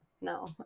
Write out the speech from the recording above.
no